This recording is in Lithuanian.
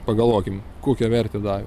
pagalvokim kokią vertę davė